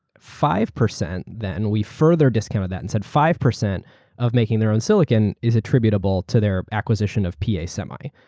five percent then, we further discovered that, and said five percent of making their own silicon is attributable to their acquisition of p. a. semi.